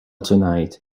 tonight